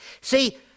See